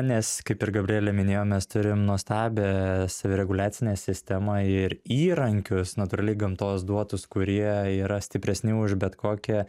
nes kaip ir gabrielė minėjo mes turim nuostabią savireguliacinę sistemą ir įrankius natūraliai gamtos duotus kurie yra stipresni už bet kokią